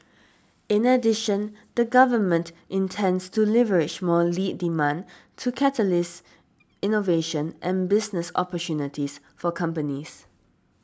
in addition the Government intends to leverage more lead demand to catalyse innovation and business opportunities for companies